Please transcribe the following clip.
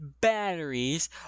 batteries